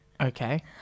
Okay